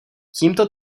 tímto